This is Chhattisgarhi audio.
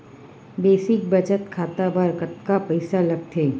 बेसिक बचत खाता बर कतका पईसा लगथे?